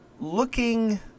looking